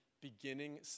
beginning